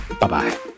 Bye-bye